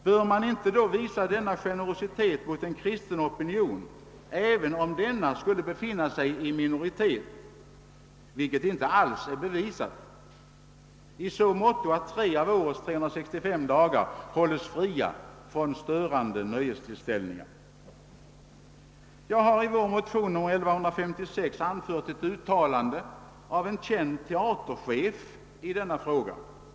Bör man då inte visa den generositeten mot en kristen opinion, även om denna — vilket inte alls är bevisat — skulle befinna sig i minoritet, i så måtto att tre av årets Vi har i motionen II: 1156 anfört ett uttalande i denna fråga av en känd teaterchef.